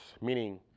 meaning